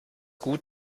gut